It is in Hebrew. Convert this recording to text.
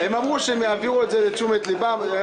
הם אמרו שהם יעבירו את זה לתשומת ליבו של איגוד ערים כנרת.